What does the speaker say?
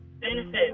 benefit